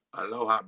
aloha